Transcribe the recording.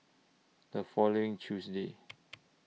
The following Tuesday